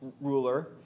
ruler